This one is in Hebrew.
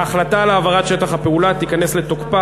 ההחלטה על העברת שטח הפעולה תיכנס לתוקפה